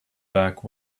back